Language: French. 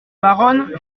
baronne